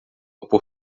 por